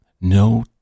no